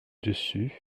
dessus